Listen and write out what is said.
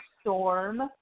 Storm